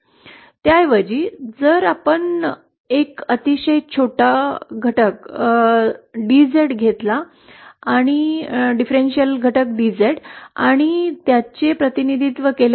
त्याऐवजी जर आपण एक अतिशय छोटा फरक घटक डीझेड घेतला आणि त्याचे प्रतिनिधित्व केले तर